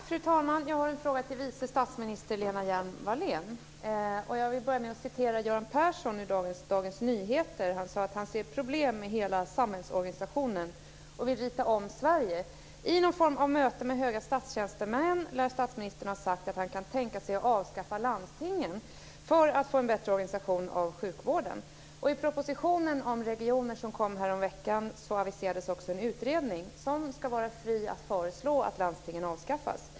Fru talman! Jag har en fråga till vice statsminister Lena Hjelm-Wallén. Jag vill börja med att citera Göran Persson ur dagens Dagens Nyheter. Han sade att han ser problem med hela samhällsorganisationen och vill rita om Sverige. I någon form av möte med höga statstjänstemän lär statsministern ha sagt att han kan tänka sig att avskaffa landstingen för att få en bättre organisation av sjukvården. I propositionen om regioner som kom häromveckan aviserades också en utredning som ska vara fri att föreslå att landstingen avskaffas.